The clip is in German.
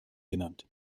genannt